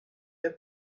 the